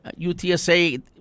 UTSA